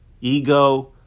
ego